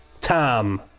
Tom